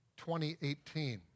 2018